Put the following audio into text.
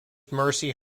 mercy